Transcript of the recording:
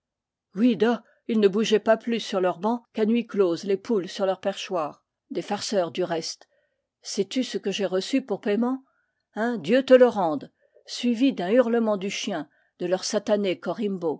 ils ne bougeaient pas plus sur leurs bancs qu'à nuit close les poules sur leur perchoir des farceurs du reste sais-tu ce que j'ai reçu pour payement un dieu te le rende suivi d'un hurlement du chien de leur satané korymbo